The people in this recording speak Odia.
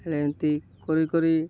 ହେ ଏନ୍ତି କରି କରି